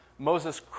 Moses